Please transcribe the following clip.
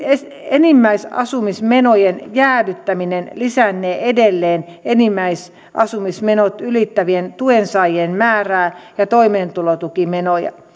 enimmäisasumismenojen jäädyttäminen lisännee edelleen enimmäisasumismenot ylittävien tuensaajien määrää ja toimeentulotukimenoja